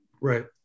Right